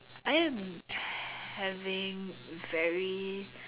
I am having very